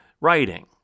writing